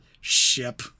ship